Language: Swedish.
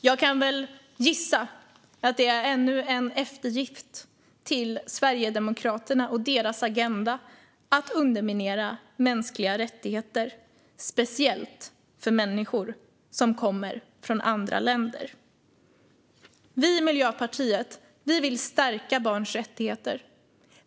Jag kan väl gissa att det är ännu en eftergift till Sverigedemokraterna och deras agenda att underminera mänskliga rättigheter, speciellt för människor som kommer från andra länder. Vi i Miljöpartiet vill stärka barns rättigheter.